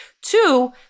Two